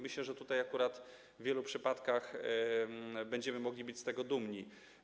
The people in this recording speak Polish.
Myślę, że akurat tutaj w wielu przypadkach będziemy mogli być z tego dumni.